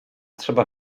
trzeba